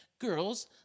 Girls